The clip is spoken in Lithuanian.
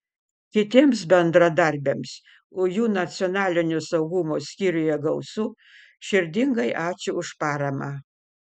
kitiems bendradarbiams o jų nacionalinio saugumo skyriuje gausu širdingai ačiū už paramą